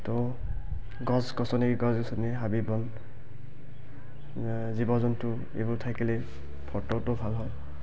তো গছ গছনি গছ গছনি হাবি বন জীৱ জন্তু এইবোৰ থাকিলে ফটোটো ভাল হয়